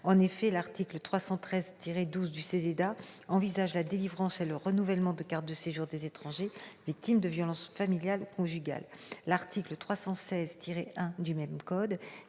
du droit d'asile, le CESEDA, envisage la délivrance et le renouvellement des cartes de séjour des étrangers victimes de violences familiales ou conjugales. L'article L. 316-1 du même code